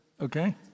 okay